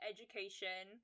Education